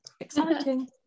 exciting